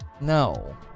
No